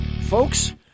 Folks